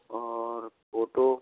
और फ़ोटो